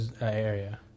area